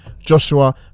Joshua